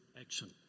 action